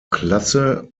klasse